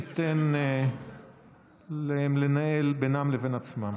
ניתן להם לנהל בינם לבין עצמם.